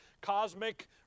cosmic